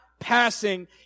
Passing